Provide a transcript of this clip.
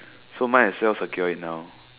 so might as well secure it now